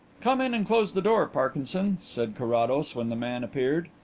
come in and close the door, parkinson, said carrados when the man appeared.